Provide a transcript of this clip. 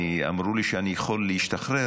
אמרו לי שאני יכול להשתחרר,